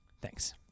Thanks